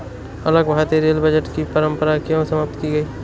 अलग भारतीय rail budget की परंपरा क्यों समाप्त की गई?